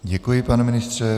Děkuji, pane ministře.